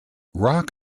rock